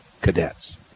cadets